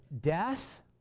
death